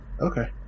Okay